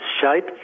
shape